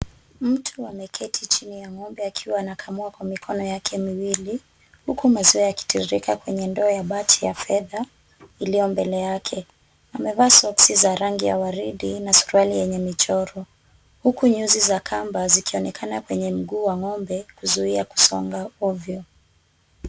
Mtu ameketi chini ya ng'ombe akiwa anakamua kwa mikono yake miwili. Huku maziwa yakitiririka kwenye ndoo ya bati ya fedha iliyo mbele yake. Amevaa soksi za rangi ya waridi na suruali yenye michoro, huku nyuzi za kamba zikionekana kwenye miguu wa ng'ombe kuvuia kusonga ovyo.